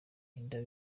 ninde